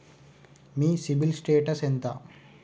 మీ CIBIL status ఎంత?